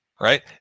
right